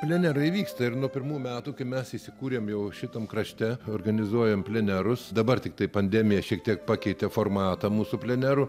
plenerai vyksta ir nuo pirmų metų kai mes įsikūrėm jau šitam krašte organizuojam plenerus dabar tiktai pandemija šiek tiek pakeitė formatą mūsų plenerų